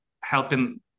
helping